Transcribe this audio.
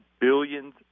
billions